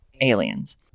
aliens